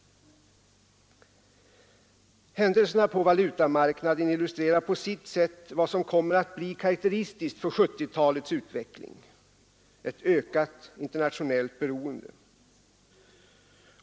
Händelserna på valutamarknaden illustrerar på sitt sätt vad som kommer att bli karakteristiskt för 1970-talets utveckling — ett ökat internationellt beroende.